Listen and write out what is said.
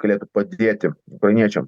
galėtų padėti ukrainiečiam